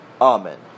Amen